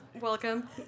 welcome